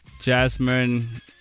jasmine